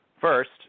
First